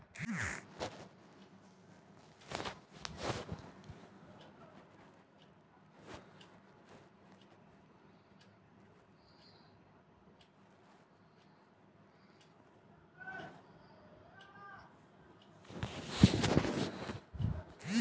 উন্নত প্রজাতির বীজের গুণাগুণ ও টাকার সম্বন্ধে আলোচনা করুন